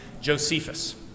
Josephus